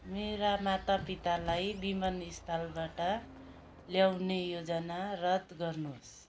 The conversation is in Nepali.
मेरा मातापितालाई विमानस्थलबाट ल्याउने योजना रद्द गर्नुहोस्